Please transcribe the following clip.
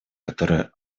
которые